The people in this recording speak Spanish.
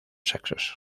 sexos